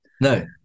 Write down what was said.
no